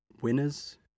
winners